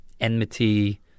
Enmity